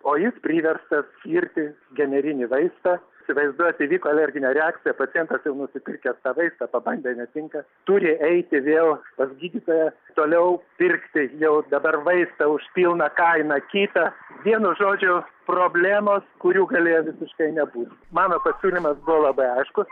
o jis priverstas skirti generinį vaistą įsivaizduoti įvyko alerginė reakcija pacientas jau nusipirkęs tą vaistą pabandė netinka turi eiti vėl pas gydytoją toliau pirkti jau dabar vaistą už pilną kainą kita vienu žodžiu problemos kurių galėjo visiškai nebūti mano pasiūlymas buvo labai aišku